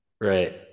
Right